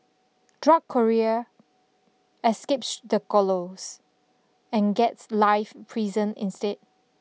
drug courier escapes the gallows and gets life prison instead